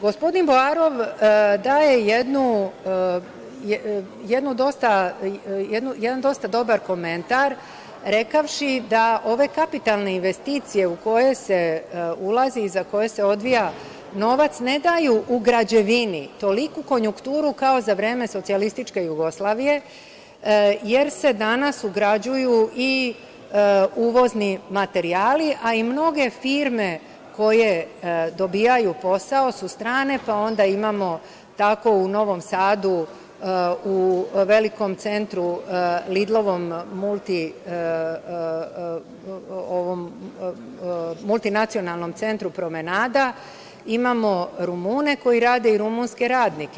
Gospodin Boarov daje jedan dosta dobar komentar, rekavši da ove kapitalne investicije u koje se ulazi i za koje se odvaja novac, ne daju u građevini toliku konjukturu kao za vreme Socijalističke Jugoslavije, jer se danas ugrađuju i uvozni materijali, a i mnoge firme koje dobijaju posao su strane, pa onda imamo tako u Novom Sadu, u velikom centru „Lidlovom“, u multinacionalnom centru „Promenada“ imamo Rumune koji rade i rumunske radnike.